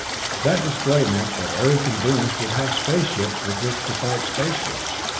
that display meant that earth and venus would have space ships with which to fight space ships.